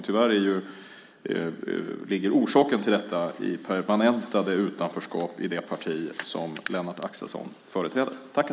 Tyvärr ligger orsaken till detta permanentade utanförskap i det parti som Lennart Axelsson företräder.